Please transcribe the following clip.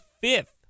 fifth